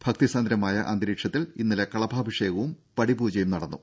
ഭക്തി സാന്ദ്രമായ അന്തരീക്ഷത്തിൽ ഇന്നലെ കളഭാഭിഷേകവും പടി പൂജയും നടന്നു